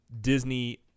Disney